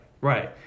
right